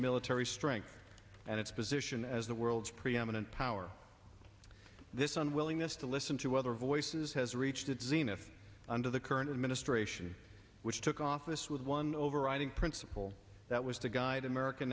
military strength and its position as the world's preeminent power this unwillingness to listen to other voices has reached its zenith under the current administration which took office with one overriding principle that was to guide american